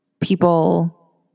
people